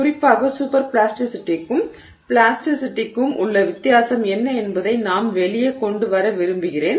குறிப்பாக சூப்பர் பிளாஸ்டிசிட்டிக்கும் பிளாஸ்டிசிட்டிக்கும் உள்ள வித்தியாசம் என்ன என்பதை நான் வெளியே கொண்டு வர விரும்புகிறேன்